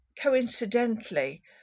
coincidentally